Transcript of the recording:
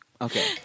Okay